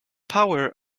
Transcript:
power